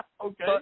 Okay